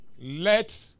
Let